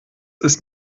ist